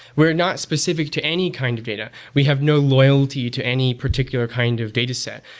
we're not specific to any kind of data. we have no loyalty to any particular kind of dataset.